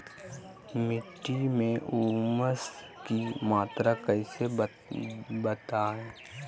मिट्टी में ऊमस की मात्रा कैसे बदाबे?